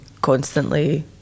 constantly